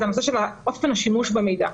זה הנושא של אופן השימוש במידע.